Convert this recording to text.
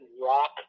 rock